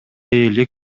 элек